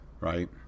Right